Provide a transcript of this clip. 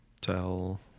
tell